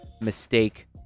mistake